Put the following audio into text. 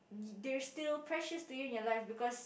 they're still precious to you in your life because